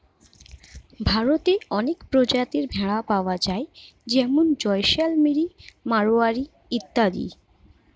ভারতে অনেক প্রজাতির ভেড়া পাওয়া যায় যেমন জয়সলমিরি, মারোয়ারি ইত্যাদি